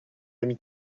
ami